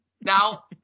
Now